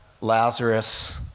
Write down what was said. Lazarus